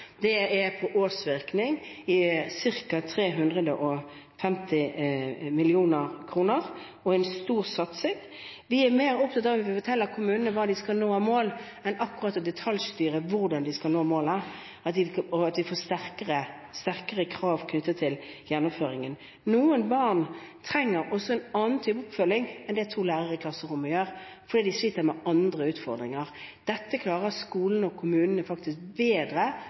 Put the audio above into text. Det er en årsvirkning på ca. 350 mill. kr og er en stor satsing. Vi er mer opptatt av å fortelle kommunene hva de skal nå av mål enn å detaljstyre akkurat hvordan de skal nå målet, og at de får sterkere krav knyttet til gjennomføringen. Noen barn trenger også en annen type oppfølging enn det to lærere i klasserommet kan gi, fordi de sliter med andre utfordringer. Dette klarer skolen og kommunene faktisk bedre